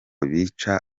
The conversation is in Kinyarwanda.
bica